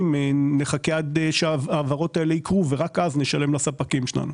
אנחנו נחכה עד שההעברות האלה יקרו ורק אז נשלם לספקים שלנו.